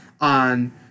On